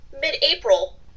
mid-April